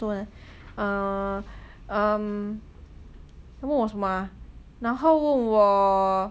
ah um 他问我什么 ah 然后问我